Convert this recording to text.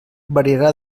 variarà